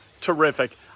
terrific